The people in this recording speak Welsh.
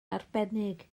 arbennig